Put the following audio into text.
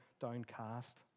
downcast